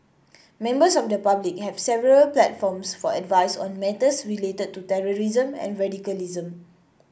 members of the public have several platforms for advice on matters related to terrorism and radicalism